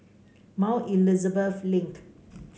Mount Elizabeth Link